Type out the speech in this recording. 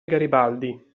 garibaldi